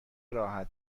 راحت